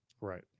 Right